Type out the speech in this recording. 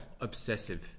Obsessive